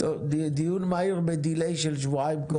דיון מהיר בעיכוב של שבועיים בגלל הקורונה.